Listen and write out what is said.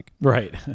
Right